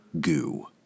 Goo